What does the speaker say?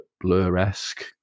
blur-esque